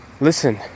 Listen